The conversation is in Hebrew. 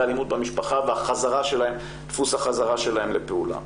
אלימות במשפחה ודפוס החזרה שלהם לפעולה.